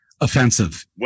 offensive